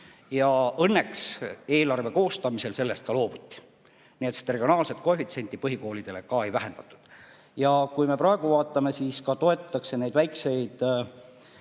ja õnneks eelarve koostamisel sellest ka loobuti. Nii et seda regionaalset koefitsienti põhikoolidel ei vähendatud. Kui me praegu vaatame, siis neid väikseid